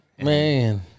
man